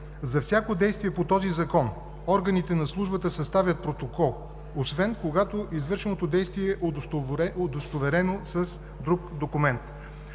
„За всяко действие по този Закон органите на службата съставят протокол, освен когато извършеното действие е удостоверено с друг документ.“